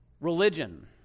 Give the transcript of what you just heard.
Religion